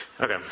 Okay